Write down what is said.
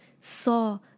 saw